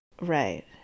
Right